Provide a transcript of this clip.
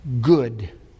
good